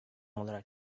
olarak